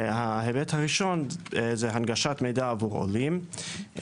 ההיבט הראשון זה הנגשת מידע עבור עולים.